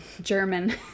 German